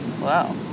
Wow